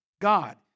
God